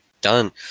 done